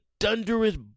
thunderous